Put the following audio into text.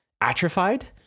atrophied